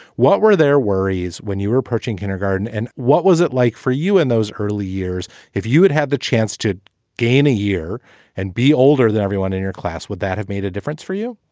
what were their worries when you were approaching kindergarten? and what was it like for you in those early years? if you had had the chance to gain a year and be older than everyone in your class, would that have made a difference for you?